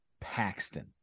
Paxton